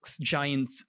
giant